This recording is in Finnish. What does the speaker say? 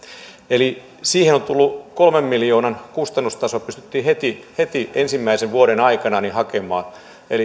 eli siihen on tullut kolmen miljoonan kustannustaso pystyttiin heti heti ensimmäisen vuoden aikana hakemaan